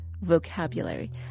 vocabulary